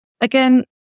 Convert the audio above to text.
again